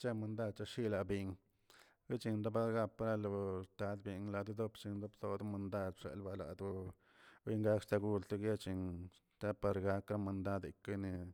Chamundad cheshiabin echin pagalap paganlo tadbien ladodopshia bziar gondaa shelbalado bendalshtago shtaguet par gaka mandad dekenen